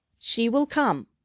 she will come,